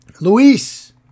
Luis